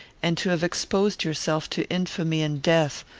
and to have exposed yourself to infamy and death,